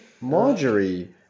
Marjorie